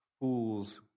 Fool's